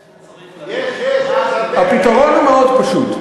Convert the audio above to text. יש, יש, הפתרון הוא מאוד פשוט.